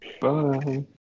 Bye